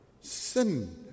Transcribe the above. Sin